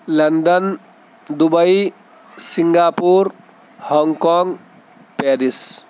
London Dubai Singapore Hong Kong Paris